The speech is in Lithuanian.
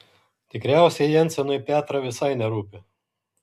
tikriausiai jensenui petrą visai nerūpi